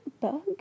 bug